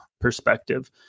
perspective